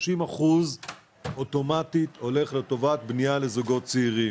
30% אוטומטית הולך לטובת בנייה לזוגות צעירים.